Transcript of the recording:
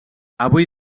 avui